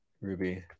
Ruby